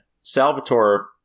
Salvatore